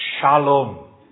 shalom